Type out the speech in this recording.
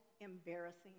embarrassing